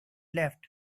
left